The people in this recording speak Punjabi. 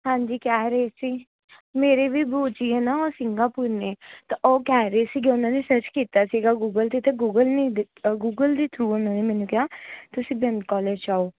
ਹਾਂਜੀ ਕਿਆ ਰੇਟ ਸੀ ਮੇਰੀ ਵੀ ਭੂਆ ਜੀ ਹੈ ਨਾ ਉਹ ਸਿੰਘਾਪੁਰ ਨੇ ਤਾਂ ਉਹ ਕਹਿ ਰਹੇ ਸੀਗੇ ਉਹਨਾਂ ਨੇ ਸਰਚ ਕੀਤਾ ਸੀਗਾ ਗੂਗਲ 'ਤੇ ਅਤੇ ਗੂਗਲ ਨੇ ਗੂਗਲ ਦੇ ਥਰੂ ਉਹਨਾਂ ਨੇ ਮੈਨੂੰ ਕਿਹਾ ਤੁਸੀਂ ਵਰਿੰਦ ਕੋਲੇਜ ਜਾਓ